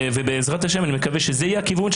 ובעזרת השם אני מקווה שזה יהיה הכיוון,